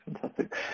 fantastic